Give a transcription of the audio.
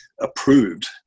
approved